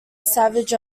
savage